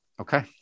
Okay